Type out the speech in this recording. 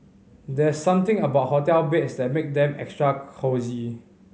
there's something about hotel beds that make them extra cosy